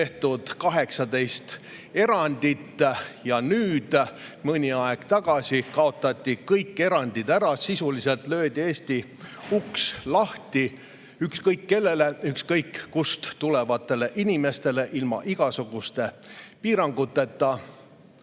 tehtud 18 erandit ja mõni aeg tagasi kaotati kõik erandid ära. Sisuliselt löödi Eesti uks lahti ükskõik kellele, ükskõik kust tulevatele inimestele ilma igasuguste piiranguteta.